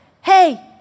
hey